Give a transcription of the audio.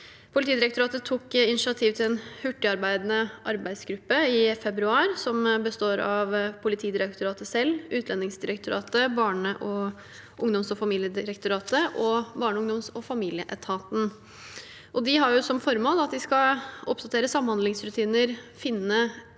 Politidirektoratet tok i februar initiativ til en hurtigarbeidende arbeidsgruppe, som består av Politidirektoratet selv, Utlendingsdirektoratet, Barne-, ungdoms- og familiedirektoratet og Barne-, ungdoms- og familieetaten. De har som formål at de skal oppdatere samhandlingsrutiner, finne